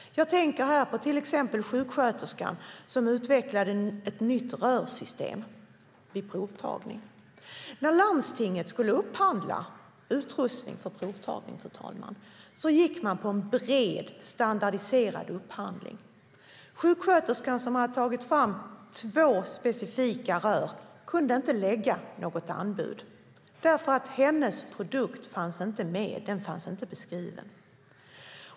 Jag tänker till exempel på sjuksköterskan som utvecklade ett nytt rörsystem för provtagning. När landstinget skulle upphandla utrustning för provtagning, fru talman, gick man på en bred standardiserad upphandling. Sjuksköterskan som hade tagit fram två specifika rör kunde inte lägga något anbud därför att hennes produkt inte fanns med, inte fanns beskriven.